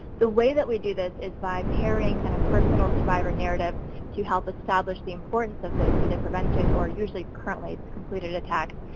the way that we do this is by pairing, kind of personal survivor narratives to help establish the importance of this. either to prevent it or usually, currently completed attacks,